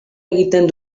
egiten